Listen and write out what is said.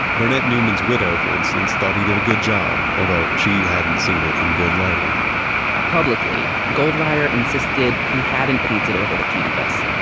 barnett newman's widow, for instance, thought he did a good job, although she hadn't seen it in good lighting publicly, goldreyer insisted he hadn't painted over the canvas.